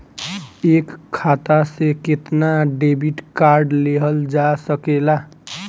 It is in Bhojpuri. एक खाता से केतना डेबिट कार्ड लेहल जा सकेला?